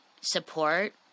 support